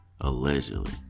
allegedly